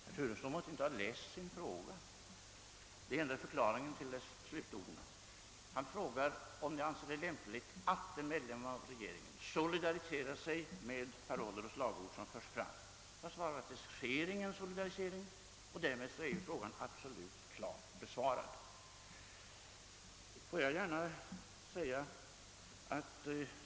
Herr talman! Herr Turesson måtte inte ha läst sin fråga — det är enda förklaringen till hans slutord. Herr Turesson har frågat om jag anser det lämpligt »att en medlem av regeringen ——— solidariserar sig med uttalanden och slagord» som förs fram. Jag har svarat att det sker ingen solidarisering, och därmed är frågan absolut klart besvarad.